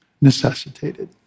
necessitated